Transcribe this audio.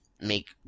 make